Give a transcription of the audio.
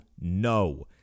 no